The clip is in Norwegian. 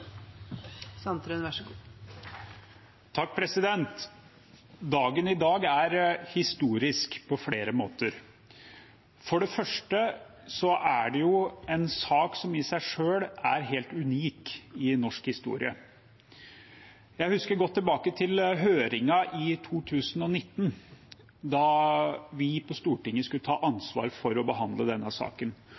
historisk på flere måter. For det første er dette en sak som i seg selv er helt unik i norsk historie. Jeg husker godt tilbake til høringen i 2019, da vi på Stortinget skulle ta ansvar for å behandle denne saken.